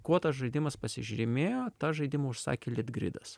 kuo tas žaidimas pasižrymėjo tą žaidimą užsakė litgridas